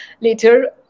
later